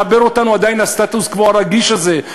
מחבר אותנו עדיין הסטטוס-קוו הרגיש הזה,